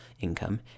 income